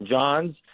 johns